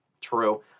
True